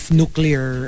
nuclear